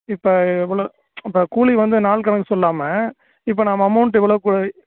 இப்போ எவ்வளோ இப்போ கூலி வந்து நாள் கணக்கு சொல்லாமல் இப்போ நம்ம அமௌண்ட் இவ்வளோவுக்கு